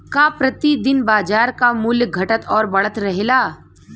का प्रति दिन बाजार क मूल्य घटत और बढ़त रहेला?